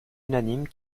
unanime